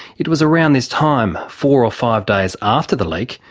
it was around this time, four or five days after the leak,